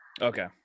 Okay